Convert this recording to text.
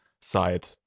side